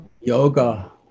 yoga